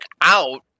out